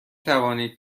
توانید